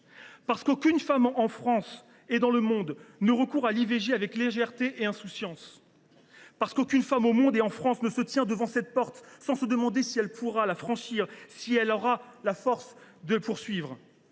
Parce qu’aucune femme, en France et dans le monde, ne recourt à l’IVG avec légèreté et insouciance. Parce qu’aucune femme, en France et dans le monde, ne se tient devant cette porte sans se demander si elle pourra la franchir, si elle aura la force de poursuivre.